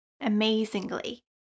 Amazingly